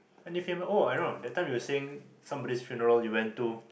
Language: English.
any fam~ oh I know that time you were saying somebody's funeral you went to